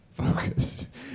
focused